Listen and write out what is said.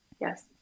yes